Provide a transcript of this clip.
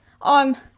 on